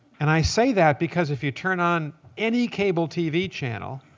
and i say that because if you turn on any cable tv channel